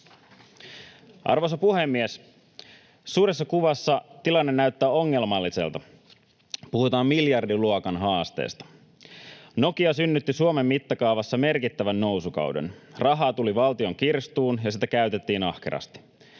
Arvoisa puhemies! Suuressa kuvassa tilanne näyttää ongelmalliselta. Puhutaan miljardiluokan haasteista. Nokia synnytti Suomen mittakaavassa merkittävän nousukauden. Rahaa tuli valtion kirstuun ja sitä käytettiin ahkerasti.